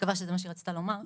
לרבות התעסקות